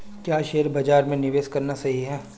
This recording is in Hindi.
क्या शेयर बाज़ार में निवेश करना सही है?